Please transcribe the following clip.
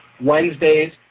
Wednesdays